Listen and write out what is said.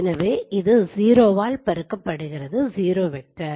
எனவே இது 0 ஆல் பெருக்கப்படுகிறது 0 வெக்டர்